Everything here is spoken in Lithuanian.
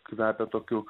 kvepia tokiu